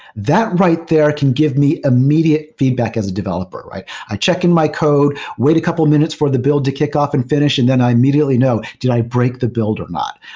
that right there can give me immediate feedback as a developer. i check in my code, wait a couple of minutes for the build to kickoff and f inish and then i immediately know, did i break the build or not?